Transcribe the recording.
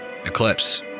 Eclipse